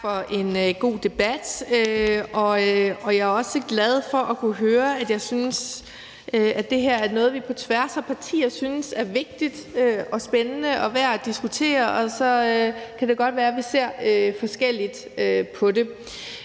Tak for en god debat. Jeg er også glad for at høre, at det her er noget, som vi på tværs af partier synes er vigtigt, spændende og værd at diskutere. Så kan det godt være, at vi ser forskelligt på det.